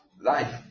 Life